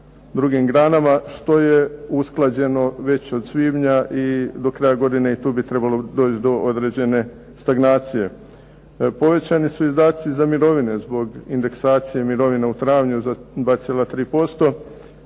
drugim granama što je usklađeno već od svibnja i do kraja godine i tu bi trebalo doći do određene stagnacije. Povećani su izdaci za mirovine zbog indeksacije mirovina u travnju za 2,3%